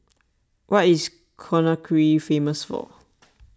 what is Conakry famous for